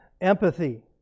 Empathy